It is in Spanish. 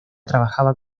trabajaba